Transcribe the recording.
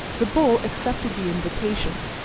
the bull accepted the invitation,